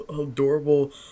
adorable